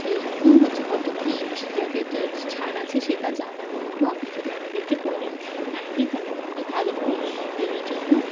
সেই জন্য হচ্ছে কত কী মিষ্টি জাতীয় তো ছা ছাড় আছে সেটা জান একটু আপনি যদি আমাদেরকে বলেন কাইন্ডলি তাহলে খুবই ভালো হয় এই জন্য